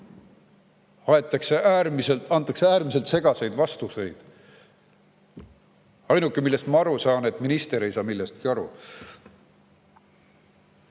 nädala jooksul, antakse äärmiselt segaseid vastuseid. Ainuke, millest ma aru saan, on see, et minister ei saa millestki aru.